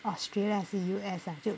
australia ah 还是 U_S ah 就